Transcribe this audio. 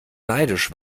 neidisch